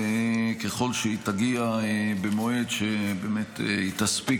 ככל שהיא תגיע במועד שהיא באמת תספיק